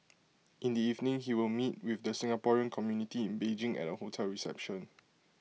in the evening he will meet with the Singaporean community in Beijing at A hotel reception